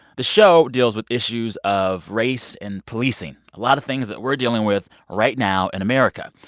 the show deals with issues of race and policing a lot of things that we're dealing with right now in america.